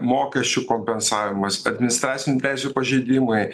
mokesčių kompensavimas administracinių teisių pažeidimai